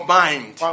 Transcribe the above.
mind